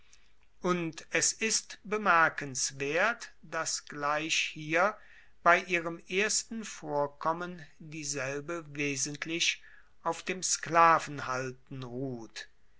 und es ist bemerkenswert dass gleich hier bei ihrem ersten vorkommen dieselbe wesentlich auf dem sklavenhalten ruht